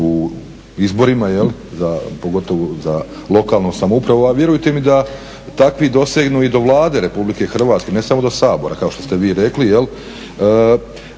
u izborima, pogotovo za lokalnu samoupravu. A vjerujte mi da takvi dosegnu i do Vlade Republike Hrvatske, ne samo do Sabora kao što ste vi rekli.